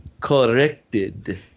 corrected